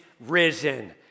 risen